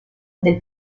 del